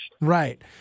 Right